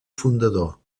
fundador